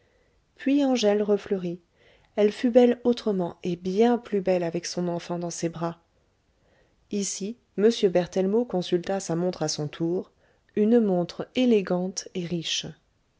puis angèle refleurit elle fut belle autrement et bien plus belle avec son enfant dans ses bras ici m berthellemot consulta sa montre à son tour une montre élégante et riche